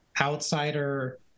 outsider